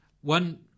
One